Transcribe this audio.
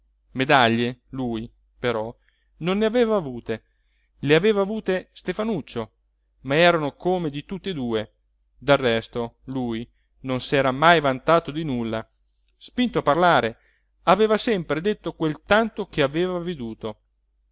medaglie lui però non ne aveva avute le aveva avute stefanuccio ma erano come di tutt'e due del resto lui non s'era mai vantato di nulla spinto a parlare aveva sempre detto quel tanto che aveva veduto